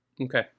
Okay